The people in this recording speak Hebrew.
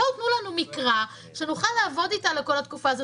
תנו לנו מקרא שנוכל לעבוד איתו בכל התקופה הזו,